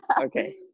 Okay